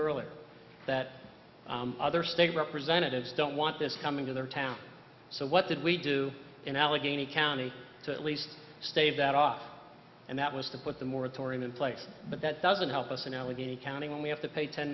earlier that other state representatives don't want this coming to their town so what did we do in allegheny county to at least stave that off and that was to put the moratorium in place but that doesn't help us in allegheny county when we have to pay ten